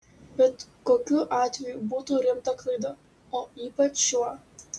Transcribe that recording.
bet kokiu atveju būtų rimta klaida o ypač šiuo